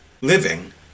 living